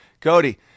Cody